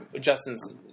Justin's